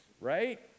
right